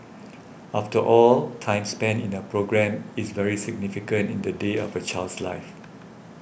after all time spent in a programme is very significant in the day of a child's life